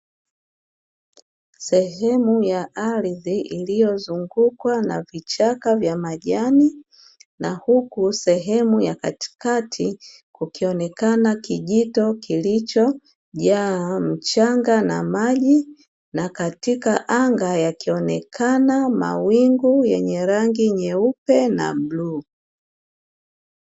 Sehemu ya ardhi iliyozungukwa na vichaka vya majani na huku sehemu ya katikati kukionekana kijito kilichojaa mchanga na maji; na katika anga yakionekana mawingu yenye rangi nyeupe na bluu.